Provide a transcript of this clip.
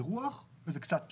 זה רוח וזה קצת פסולת.